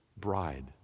bride